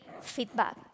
feedback